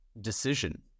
decision